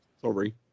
Sorry